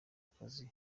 akazi